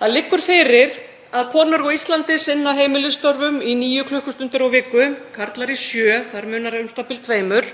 Það liggur fyrir að konur á Íslandi sinna heimilisstörfum í níu klukkustundir á viku, karlar í sjö. Þar munar u.þ.b. tveimur.